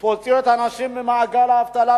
תוציאו את הנשים ממעגל האבטלה,